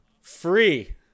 Free